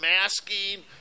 masking